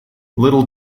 little